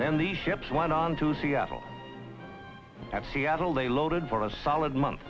then the ships went on to seattle at seattle they loaded for a solid month